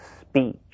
speech